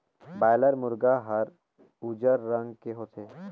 boiler मुरगा हर उजर रंग के होथे